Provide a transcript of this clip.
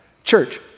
Church